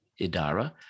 Idara